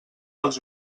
dels